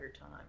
time